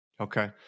okay